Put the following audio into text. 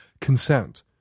consent